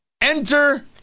Enter